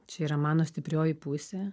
čia yra mano stiprioji pusė